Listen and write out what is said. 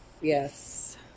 yes